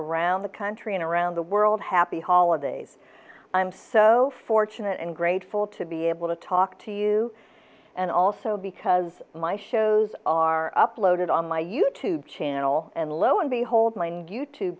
around the country and around the world happy holidays i'm so fortunate and grateful to be able to talk to you and also because my shows are uploaded on my you tube channel and lo and behold m